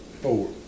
Four